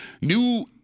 new